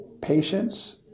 Patience